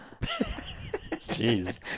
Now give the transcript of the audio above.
Jeez